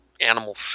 animal